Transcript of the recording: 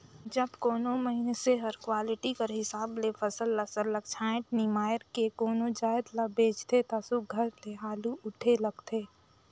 जब कोनो मइनसे हर क्वालिटी कर हिसाब ले फसल ल सरलग छांएट निमाएर के कोनो जाएत ल बेंचथे ता सुग्घर ले हालु उठे लगथे